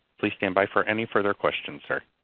please stand by for any further questions sir.